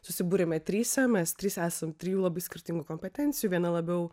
susibūrėme trise mes trys esam trijų labai skirtingų kompetencijų viena labiau